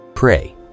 Pray